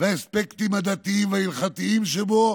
באספקטים הדתיים ההלכתיים שבו,